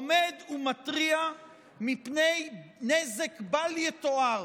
עומד ומתריע מפני נזק בל יתואר